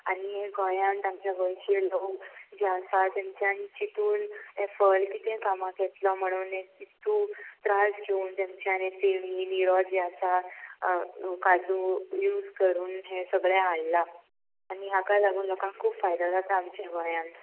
आनी हे गोंयांत आमच्या गोंयचे लोक जे आसा तेंच्यानी चिंतून हें फळ कितें कामाक येतलो म्हणून इतू त्रास घेवन तेंच्यानी फेणी निरो जे आसा काजू यूज करून हे सगळें हाडलां आनी हाका लागून लोकांक खूब फायदो जाता आमच्या गोंयांत